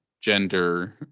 gender